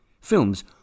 Films